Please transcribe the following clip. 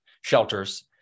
shelters